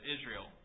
Israel